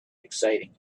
exciting